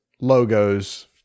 logos